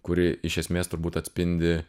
kuri iš esmės turbūt atspindi